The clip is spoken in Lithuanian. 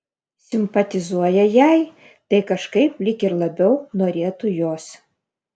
simpatizuoja jai tai kažkaip lyg ir labiau norėtų jos